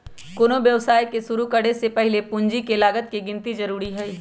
कोनो व्यवसाय के शुरु करे से पहीले पूंजी के लागत के गिन्ती जरूरी हइ